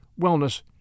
wellness